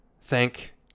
thank